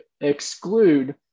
exclude